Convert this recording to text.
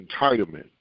Entitlement